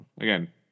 Again